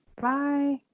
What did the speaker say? bye